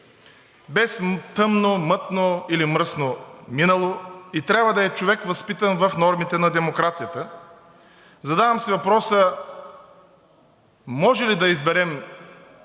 без тъмно, мътно или мръсно минало и трябва да е човек, възпитан в нормите на демокрацията. Задавам си въпроса може ли да изберем,